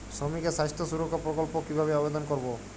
শ্রমিকের স্বাস্থ্য সুরক্ষা প্রকল্প কিভাবে আবেদন করবো?